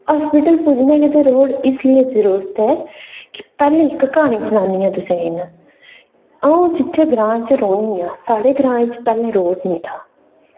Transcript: hospital पुज्जने गितै road इस लेई जरूरी ऐ कि पैह्लें इक क्हानी सनान्नी आं तुसें गी में अ'ऊं जित्थै ग्रां च रौह्न्नी आं साढ़े ग्रां बिच पैह्लें रोड़ निं था